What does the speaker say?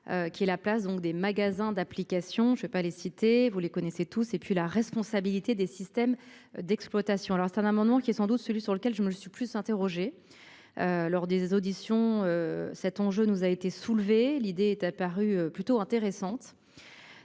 Qui est la place donc des magasins d'applications, je vais pas les citer, vous les connaissez tous. Et puis la responsabilité des systèmes d'exploitation, alors c'est un amendement qui est sans doute celui sur lequel je me le suis plus interrogé. Lors des auditions cet enjeu nous a été soulevé. L'idée est apparu plutôt intéressante.